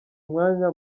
umwanya